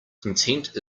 content